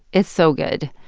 it's so good.